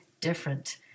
different